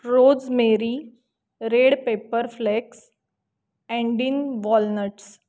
रोज मेरी red pepper flakes अँडिन walnuts